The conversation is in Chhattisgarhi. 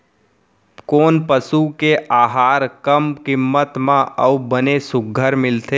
कोन पसु के आहार कम किम्मत म अऊ बने सुघ्घर मिलथे?